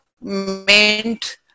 meant